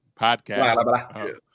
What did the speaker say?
Podcast